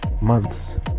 months